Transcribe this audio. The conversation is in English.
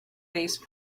base